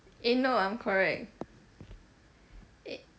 eh no I'm correct